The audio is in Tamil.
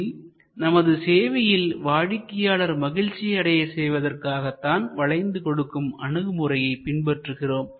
இதில் நமது சேவையில் வாடிக்கையாளர் மகிழ்ச்சி அடையச் செய்வதற்காகத்தான் வளைந்து கொடுக்கும் அணுகுமுறையைப் பின்பற்றுகிறோம்